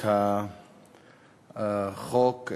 את החוק,